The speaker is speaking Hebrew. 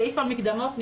סעיף המקדמות נמחק.